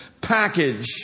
package